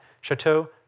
Chateau